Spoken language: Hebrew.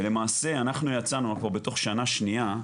ולמעשה אנחנו יצאנו, אנחנו בתוך שנה שניה,